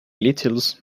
littles